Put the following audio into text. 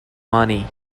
money